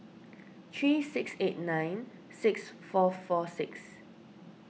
three six eight nine six four four six